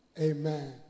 Amen